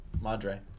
Madre